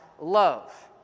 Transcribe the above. love